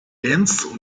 dense